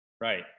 Right